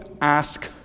ask